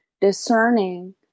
discerning